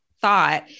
thought